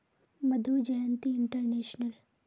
Madhu Jayanti international